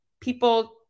People